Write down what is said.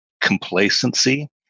complacency